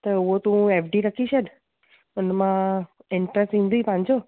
त उहो तूं एफ डी रखी छॾ उन मां इंटरस्ट ईंदइ पांहिंजो